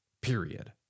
period